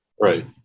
Right